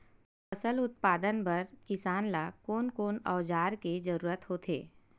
फसल उत्पादन बर किसान ला कोन कोन औजार के जरूरत होथे?